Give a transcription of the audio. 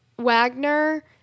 Wagner